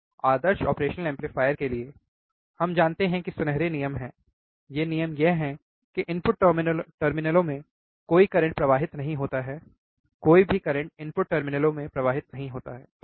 आदर्श operational amplifier के लिए हम जानते हैं कि सुनहरे नियम हैं ये नियम यह है कि इनपुट टर्मिनलों में कोई करंट प्रवाहित नहीं होता है कोई भी करंट इनपुट टर्मिनलों में प्रवाहित नहीं है ठीक है